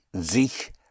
sich